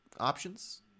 options